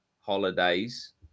holidays